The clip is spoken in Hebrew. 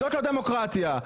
זאת הדמוקרטיה.